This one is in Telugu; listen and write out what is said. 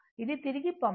ఇది తిరిగి పంపడం